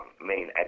main